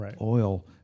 oil